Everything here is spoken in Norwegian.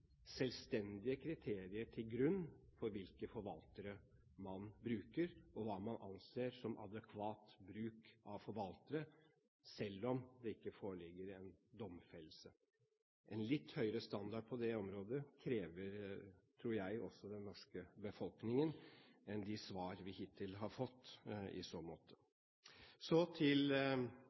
selvstendige kriterier til grunn for hvilke forvaltere man bruker, og hva man anser som adekvat bruk av forvaltere, selv om det ikke foreligger en domfellelse. En litt høyere standard på det området enn de svarene vi hittil har fått i så måte, krever, tror jeg, også den norske befolkningen.